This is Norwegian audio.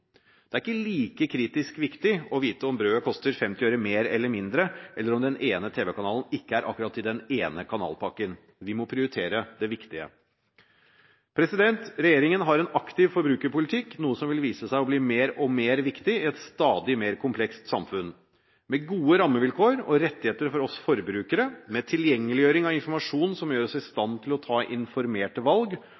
Det er ikke like kritisk viktig å vite om brødet koster 50 øre mer eller mindre, eller om den ene tv-kanalen ikke akkurat er i den kanalpakken. Vi må prioritere det viktige. Regjeringen har en aktiv forbrukerpolitikk, noe som vil vise seg å bli mer og mer viktig i et stadig mer komplekst samfunn. Med gode rammevilkår og rettigheter for oss forbrukere, med tilgjengeliggjøring av informasjon som gjør oss i